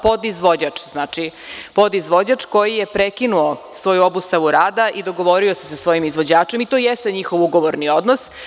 Podizvođač, znači, podizvođač, koji je prekinuo svoju obustavu rada i dogovorio se sa svojim izvođačem i to jeste njihov ugovorni odnos.